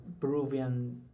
Peruvian